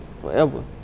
forever